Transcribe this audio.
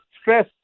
Stress